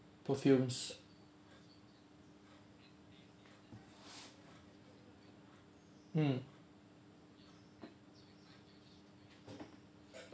perfumes mm